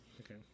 Okay